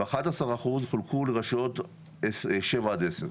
ואחד עשר אחוז חולקו לרשויות שבע עד עשר.